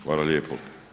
Hvala lijepo.